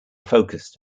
focused